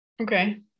Okay